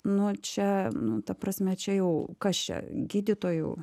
nu čia nu ta prasme čia jau kas čia gydytojų